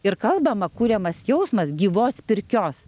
ir kalbama kuriamas jausmas gyvos pirkios